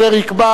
אם כך,